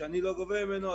כשאני לא גובה ממנו,